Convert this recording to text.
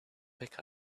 pick